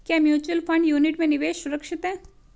क्या mutual fund unit में निवेश सुरक्षित है?